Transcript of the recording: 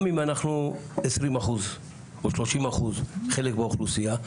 גם אם אנחנו 20% או 30% חלק באוכלוסייה,